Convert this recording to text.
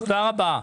תודה רבה.